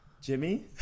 Jimmy